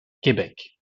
quebec